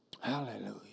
hallelujah